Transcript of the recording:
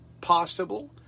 possible